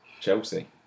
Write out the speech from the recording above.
Chelsea